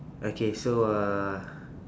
okay so uh